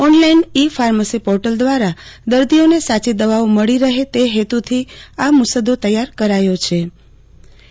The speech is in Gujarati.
ઓનલાઇન ઇ ફાર્મસી પોર્ટલ દ્વારા દર્દીઓને સાચી દવાઓ મળી રહે તે હેતુ થી આ મુ સદ્દો તૈયાર કરાયોછે